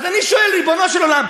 אז אני שואל, ריבונו של עולם,